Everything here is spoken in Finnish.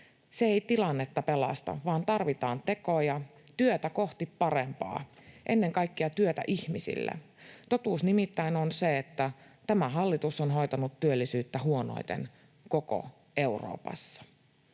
Se ei tilannetta pelasta, vaan tarvitaan tekoja, työtä kohti parempaa, ennen kaikkea työtä ihmisille. Totuus nimittäin on se, että tämä hallitus on hoitanut työllisyyttä huonoiten koko Euroopassa.